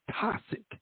toxic